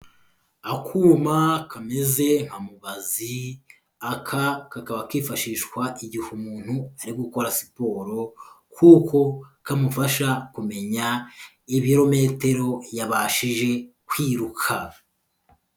Akuma kameze nka mubazi, aka kakaba kifashishwa igihe umuntu ari gukora siporo kuko kamufasha kumenya ibirometero yabashije kwiruka.